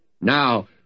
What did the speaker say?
Now